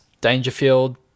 Dangerfield